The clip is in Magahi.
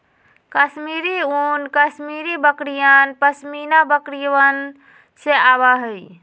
कश्मीरी ऊन कश्मीरी बकरियन, पश्मीना बकरिवन से आवा हई